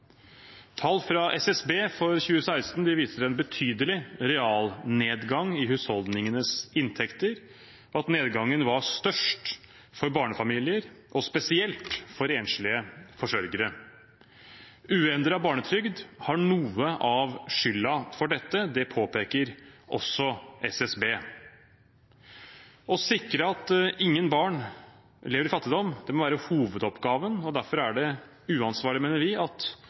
Tall fra SSB for 2016 viser en betydelig realnedgang i husholdningenes inntekter, og at nedgangen var størst for barnefamilier, spesielt for enslige forsørgere. Uendret barnetrygd har noe av skylden for dette. Det påpeker også SSB. Å sikre at ingen barn lever i fattigdom, må være hovedoppgaven, og derfor er det uansvarlig, mener vi, at